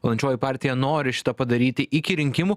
valdančioji partija nori šitą padaryti iki rinkimų